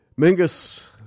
Mingus